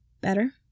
Better